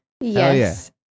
Yes